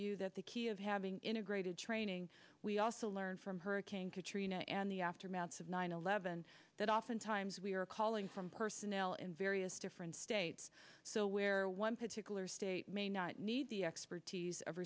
you that the key of having integrated training we also learned from hurricane katrina and the aftermath of nine eleven that oftentimes we are calling from personnel in various different states so where one particular state may not need the expertise of